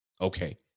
okay